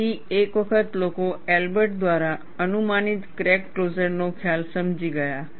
તેથી એક વખત લોકો એલ્બર્ટ દ્વારા અનુમાનિત ક્રેક ક્લોઝરનો ખ્યાલ સમજી ગયા